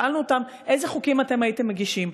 שאלנו אותם: איזה חוקים אתם הייתם מגישים?